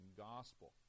Gospel